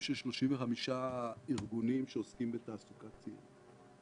של 35 ארגונים שעוסקים בתעסוקת צעירים.